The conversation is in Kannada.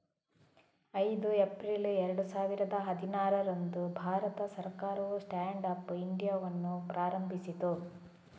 ಐದು ಏಪ್ರಿಲ್ ಎರಡು ಸಾವಿರದ ಹದಿನಾರರಂದು ಭಾರತ ಸರ್ಕಾರವು ಸ್ಟ್ಯಾಂಡ್ ಅಪ್ ಇಂಡಿಯಾವನ್ನು ಪ್ರಾರಂಭಿಸಿತು